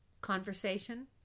conversation